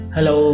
Hello